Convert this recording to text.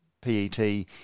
PET